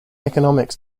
economics